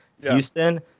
Houston